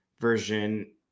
version